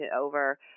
over